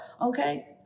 Okay